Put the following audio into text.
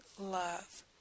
love